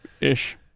Ish